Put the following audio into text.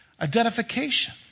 identification